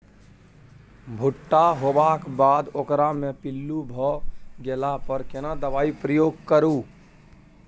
भूट्टा होबाक बाद ओकरा मे पील्लू भ गेला पर केना दबाई प्रयोग करू?